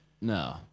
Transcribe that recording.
no